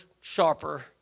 sharper